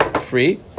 free